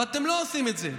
ואתם לא עושים את זה.